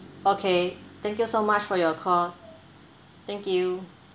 okay thank you so much for your call thank you